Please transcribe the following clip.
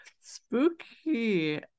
Spooky